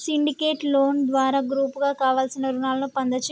syndicate loan ద్వారా గ్రూపుగా కావలసిన రుణాలను పొందచ్చు